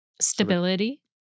Stability